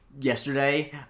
yesterday